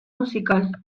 musical